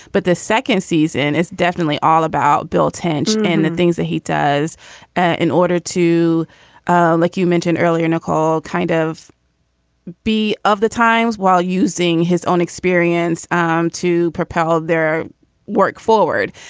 but the second season is definitely all about bill tench and the things that he does in order to like you mentioned earlier, nicole kind of be of the times while using his own experience um to propel their work forward.